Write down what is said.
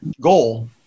goal